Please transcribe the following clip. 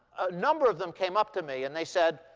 number of them came up to me. and they said,